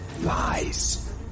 Lies